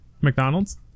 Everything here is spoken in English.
McDonald's